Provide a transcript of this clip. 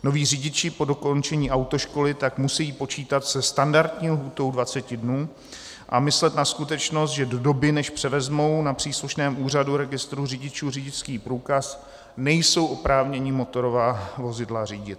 Noví řidiči po dokončení autoškoly tak musejí počítat se standardní lhůtou dvaceti dnů a myslet na skutečnost, že do doby, než převezmou na příslušném úřadu registru řidičů řidičský průkaz, nejsou oprávněni motorová vozidla řídit.